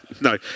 No